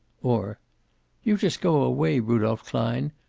or you just go away, rudolph klein.